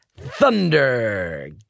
Thunder